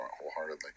wholeheartedly